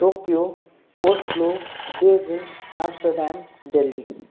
Tokyo कोस्टलो Beijing Amsterdam Delhi